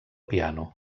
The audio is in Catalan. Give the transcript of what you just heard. piano